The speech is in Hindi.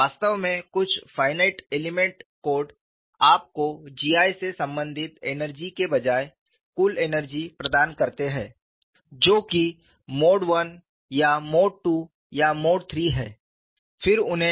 वास्तव में कुछ फायनाईट एलिमेंट कोड आपको G I से संबंधित एनर्जी के बजाय कुल एनर्जी प्रदान करते हैं जो कि मोड I या मोड II या मोड III है